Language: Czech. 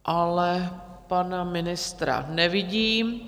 Ale pana ministra nevidím.